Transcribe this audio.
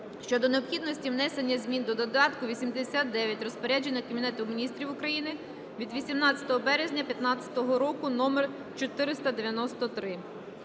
щодо необхідності внесення змін до додатку 89 розпорядження Кабінету Міністрів України від 18 березня 2015 року номер 493.